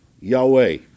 Yahweh